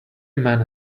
man